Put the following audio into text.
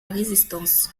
résistance